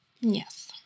Yes